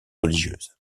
religieuses